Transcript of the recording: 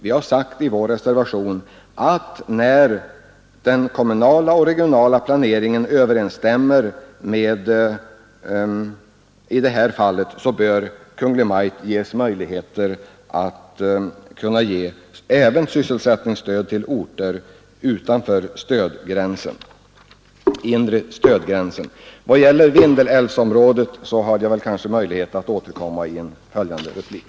Vi har i vår reservation sagt att när den kommunala och regionala planeringen överensstämmer i det här fallet bör Kungl. Maj:t få möjlighet att ge sysselsättningsstöd även till orter utanför gränsen till det inre stödområdet. Vad gäller Vindelälvsområdet har jag kanske möjlighet att återkomma i en följande replik.